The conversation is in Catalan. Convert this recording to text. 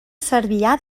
cervià